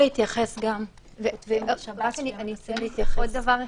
אני אציין רק עוד דבר אחד,